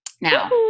Now